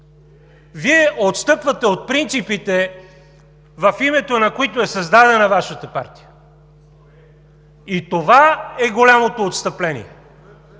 Вие отстъпвате от принципите, в името на които е създадена Вашата партия, и това е голямото отстъпление